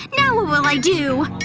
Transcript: now what will i do?